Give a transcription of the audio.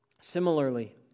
Similarly